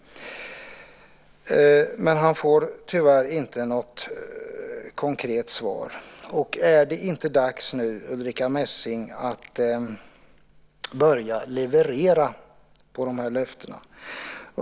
Tyvärr får han inte något konkret svar. Är det inte, Ulrica Messing, nu dags att börja leverera i fråga om de här löftena?